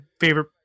favorite